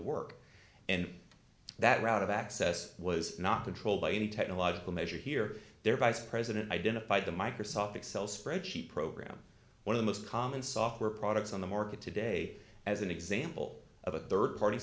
work and that route of access was not controlled by any technological measure here their vice president identified the microsoft excel spreadsheet program one of the most common software products on the market today as an example of a rd party